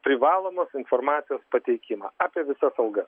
privalomos informacijos pateikimą apie visas algas